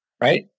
Right